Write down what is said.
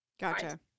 Gotcha